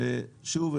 ששוב,